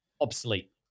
obsolete